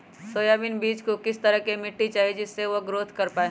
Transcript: Soybean बीज को किस तरह का मिट्टी चाहिए जिससे वह ग्रोथ कर पाए?